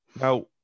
Now